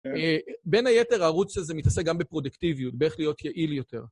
בין היתר, הערוץ הזה מתעסק גם בפרודקטיביות, באיך להיות יעיל יותר.